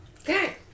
Okay